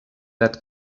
that